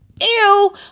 Ew